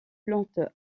plantes